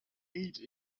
ate